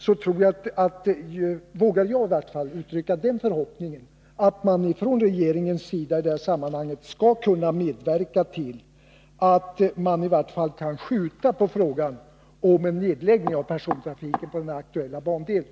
I varje fall jag vågar uttrycka en förhoppning om att regeringen i det här sammanhanget åtminstone skall medverka till att man kan skjuta på frågan om en nedläggning av persontrafiken på den aktuella bandelen.